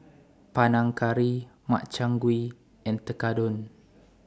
Panang Curry Makchang Gui and Tekkadon